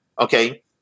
Okay